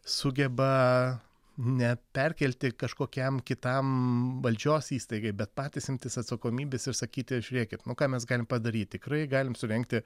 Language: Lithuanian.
sugeba neperkelti kažkokiam kitam valdžios įstaigai bet patys imtis atsakomybės ir sakyti žiūrėkit o ką mes galim padaryti tikrai galim surengti